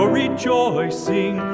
rejoicing